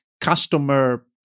customer